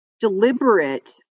deliberate